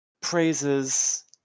praises